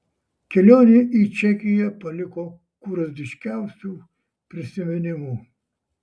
kelionė į čekiją paliko kurioziškiausių prisiminimų